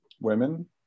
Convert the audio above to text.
women